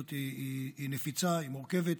המציאות היא נפיצה, היא מורכבת.